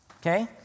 okay